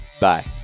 Bye